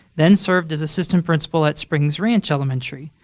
then served as assistant principal at springs ranch elementary.